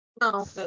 No